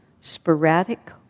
sporadic